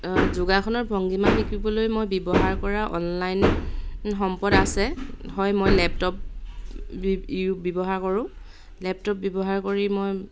যোগাসনৰ ভংগীমা শিকিবলৈ মই ব্যৱহাৰ কৰা অনলাইন সম্পদ আছে হয় মই লেপটপ ব্যৱহাৰ কৰোঁ লেপটপ ব্যৱহাৰ কৰি মই